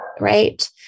right